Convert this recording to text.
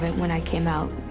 but when i came out,